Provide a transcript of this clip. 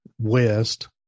west